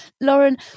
Lauren